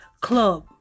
club